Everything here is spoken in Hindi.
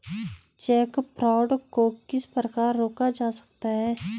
चेक फ्रॉड को किस प्रकार रोका जा सकता है?